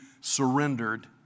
surrendered